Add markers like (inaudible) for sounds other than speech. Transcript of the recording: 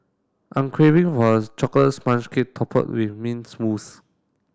I'm craving for a chocolate sponge cake (unintelligible) with mint mousse